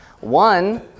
One